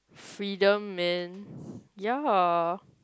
freedom man ya